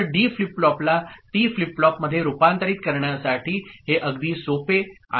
तर D flip फ्लॉपला T flip flop मध्ये रूपांतरित करण्यासाठी हे अगदी सोपे आहे ओके